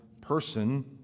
person